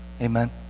Amen